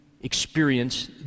experience